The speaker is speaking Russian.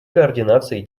координации